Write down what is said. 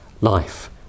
life